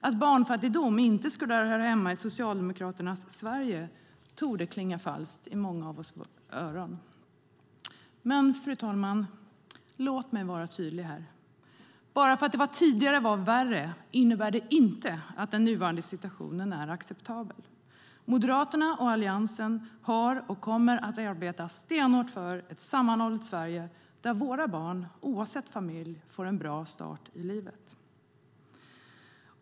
Att barnfattigdom inte skulle höra hemma i Socialdemokraternas Sverige torde klinga falskt i det flestas öron. Fru talman! Låt mig vara tydlig. Att det tidigare var värre innebär inte att den nuvarande situationen är acceptabel. Moderaterna och Alliansen har arbetat och arbetar stenhårt för ett sammanhållet Sverige där våra barn oavsett familj får en bra start i livet.